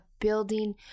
building